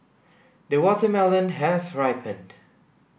the watermelon has ripened